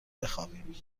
بخوابیم